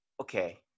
Okay